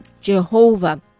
jehovah